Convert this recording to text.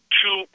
two